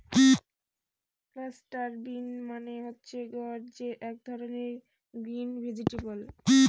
cluster bean মানে হচ্ছে গুয়ার যে এক ধরনের গ্রিন ভেজিটেবল